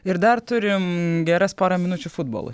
ir dar turim geras porą minučių futbolui